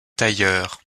tailleur